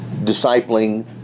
discipling